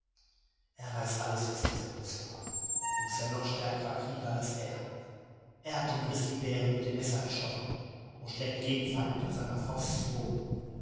er weiß alles was dieser wußte und ist ein noch stärkerer krieger als er er hat den grizzlybären mit dem messer erstochen und schlägt jeden feind mit seiner faust zu boden